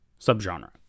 subgenre